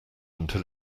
until